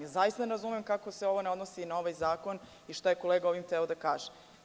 Zaista ne razumem kako se ovo ne odnosi na ovaj zakon i šta je kolega ovim hteo da kaže.